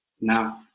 Now